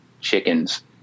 chickens